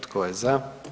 Tko je za?